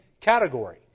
category